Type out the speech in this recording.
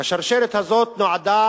השרשרת הזאת נועדה